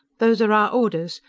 those are our orders!